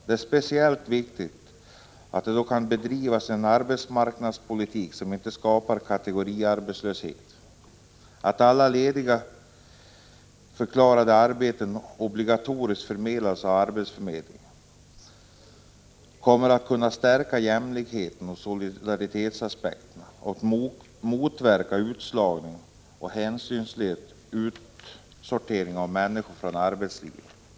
Det är speciellt viktigt att det då kan bedrivas en arbetsmarknadspolitik som inte skapar kategoriarbetslöshet. Att alla ledigförklarade arbeten obligatoriskt förmedlas av arbetsförmedlingen kommer att kunna stärka jämlikhetsoch solidaritetsaspekterna och motverka utslagning och hänsynslös utsortering av människor från arbetslivet.